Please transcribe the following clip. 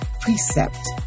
precept